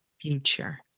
future